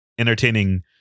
entertaining